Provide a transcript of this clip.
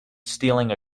stealing